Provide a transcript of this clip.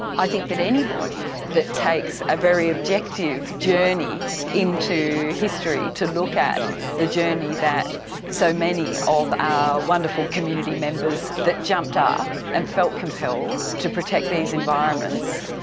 i think that anybody that takes a very objective journey into history to look at the journey that so many of our wonderful community members that jumped up and felt compelled to protect these environments,